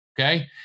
okay